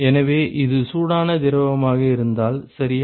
எனவே இது சூடான திரவமாக இருந்தால் சரியா